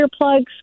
earplugs